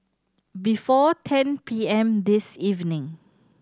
before ten P M this evening